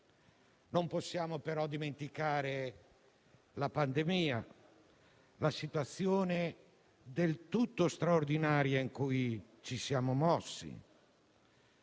Non possiamo, però, dimenticare la pandemia, la situazione del tutto straordinaria in cui ci siamo mossi: